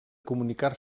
comunicar